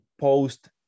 post